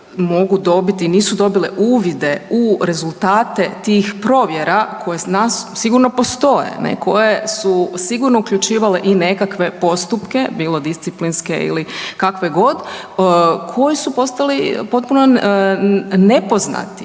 mogu dobiti? Nisu dobile uvide u rezultate tih provjera koje sigurno postoje koje su sigurno uključivale i nekakve postupke, bilo disciplinske ili kakve god koji su postali potpuno nepoznati